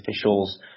officials